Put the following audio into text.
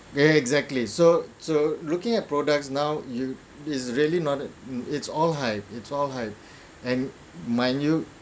exactly so so looking at products now you it's really not that it's all hype it's all hype and my new